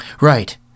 Right